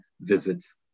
visits